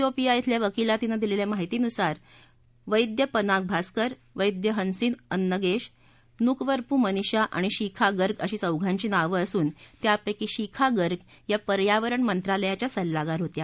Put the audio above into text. योपिया ल्या वकिलातीनं दिलेल्या माहितीनुसार वक्तपनाग भास्कर वधीहनसिन अन्नगेश नूकवरपु मनीषा आणि शिखा गर्ग अशी चौघांची नावं असून त्यापक्षी शिखा गर्ग पर्यावरण मंत्रालयाच्या सल्लागार होत्या